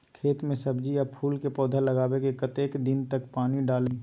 खेत मे सब्जी आ फूल के पौधा लगाबै के कतेक दिन तक पानी डालबाक चाही?